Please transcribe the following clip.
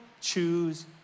choose